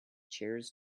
chairs